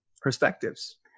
perspectives